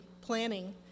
planning